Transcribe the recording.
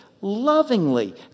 lovingly